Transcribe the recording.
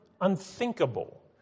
Unthinkable